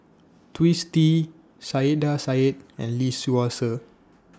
Twisstii Saiedah Said and Lee Seow Ser